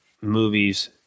movies